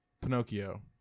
Pinocchio